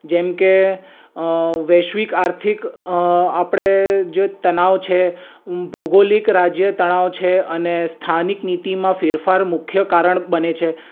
જેમકે વૈશ્વિક આર્થિક આપણે જે તણાવ છે ભૌગોલિક રાજ્ય તણાવ છે અને સ્થાનિક નીતિમાં ફેરફાર મુખ્ય કારણ બને છે